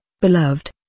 beloved